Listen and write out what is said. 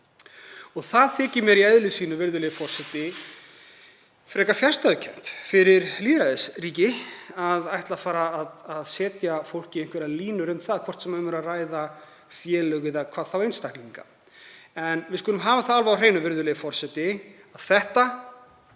Mér þykir í eðli sínu, virðulegi forseti, frekar fjarstæðukennt fyrir lýðræðisríki að ætla að setja fólki einhverjar línur um það, hvort sem um er að ræða félög eða hvað þá einstaklinga. En við skulum hafa það alveg á hreinu, virðulegi forseti, að þetta